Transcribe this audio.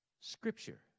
Scripture